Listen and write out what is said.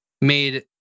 made